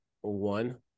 one